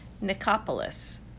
Nicopolis